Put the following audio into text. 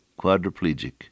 quadriplegic